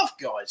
guys